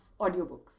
audiobooks